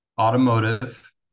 automotive